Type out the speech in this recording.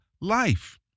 life